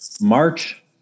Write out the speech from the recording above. March